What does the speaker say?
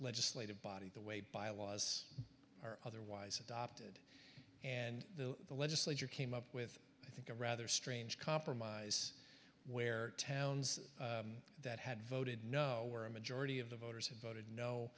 legislative body the way byelaws or otherwise adopted and the legislature came up with i think a rather strange compromise where towns that had voted no were a majority of the voters who voted no